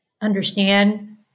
understand